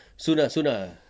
soon ah soon ah